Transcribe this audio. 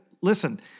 listen